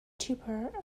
cheaper